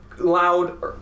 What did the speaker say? loud